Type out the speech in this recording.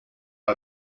are